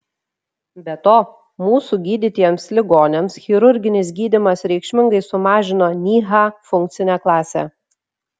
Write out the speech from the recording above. be to mūsų gydytiems ligoniams chirurginis gydymas reikšmingai sumažino nyha funkcinę klasę